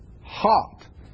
hot